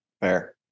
fair